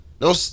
no